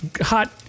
hot